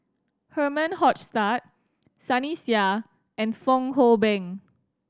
Herman Hochstadt Sunny Sia and Fong Hoe Beng